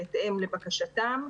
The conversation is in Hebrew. בהתאם לבקשתם,